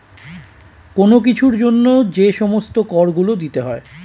কোন কিছুর জন্য যে সমস্ত কর গুলো দিতে হয়